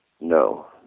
No